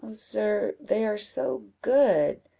sir, they are so good!